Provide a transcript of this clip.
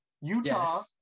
utah